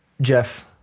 Jeff